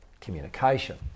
communication